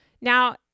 Now